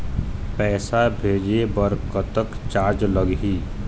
पैसा भेजे बर कतक चार्ज लगही?